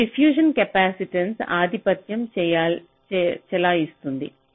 ఆ diffusion capacitance ఆధిపత్యం చెలాయిస్తుంది